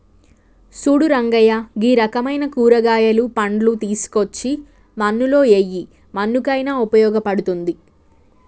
సూడు రంగయ్య గీ రకమైన కూరగాయలు, పండ్లు తీసుకోచ్చి మన్నులో ఎయ్యి మన్నుకయిన ఉపయోగ పడుతుంది